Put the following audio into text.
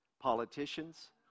Politicians